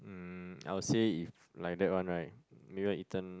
um I would say if like that one right maybe I eaten